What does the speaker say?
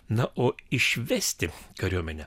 na o išvesti kariuomenę